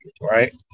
right